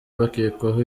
bakekwaho